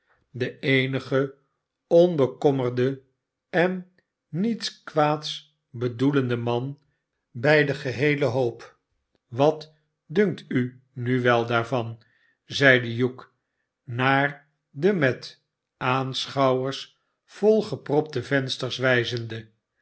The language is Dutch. de eenige onbekommerde en niets kwaads bedoelende man bij den geheelen hoop wat dunkt u nu wel daarvan zeide hugh naar de met aanschouwers volgepropte vensters wijzende